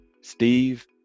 steve